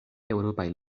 eŭropaj